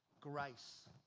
grace